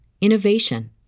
innovation